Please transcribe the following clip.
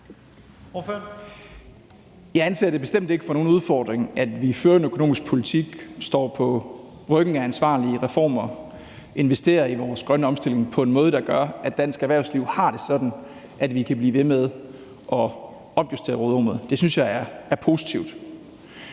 Jeg anser det bestemt ikke for nogen udfordring, at vi fører en økonomisk politik, der står på ryggen af ansvarlige reformer, og investerer i vores grønne omstilling på en måde, der gør, at dansk erhvervsliv har det sådan, at vi kan blive ved med at opjustere råderummet. Det synes jeg er positivt.